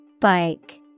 Bike